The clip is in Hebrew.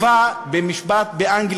העניין הזה הובא במשפט באנגליה,